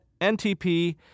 NTP